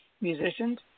musicians